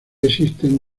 existen